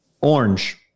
Orange